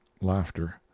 laughter